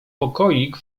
pokoik